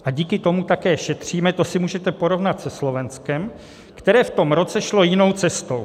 A díky tomu také šetříme, to si můžete porovnat se Slovenskem, které v tom roce šlo jinou cestou.